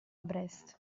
brest